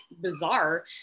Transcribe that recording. bizarre